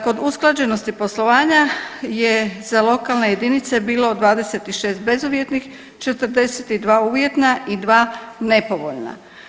Kod usklađenosti poslovanja je za lokalne jedinice bilo 26 bezuvjetnih, 42 uvjetna i 2 nepovoljna.